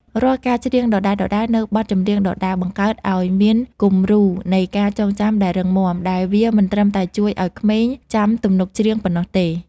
រាល់ការច្រៀងដដែលៗនូវបទចម្រៀងដដែល បង្កើតឱ្យមានគំរូនៃការចងចាំដែលរឹងមាំ ដែលវាមិនត្រឹមតែជួយឱ្យក្មេងចាំទំនុកច្រៀងប៉ុណ្ណោះទេ